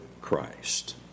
Christ